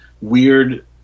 weird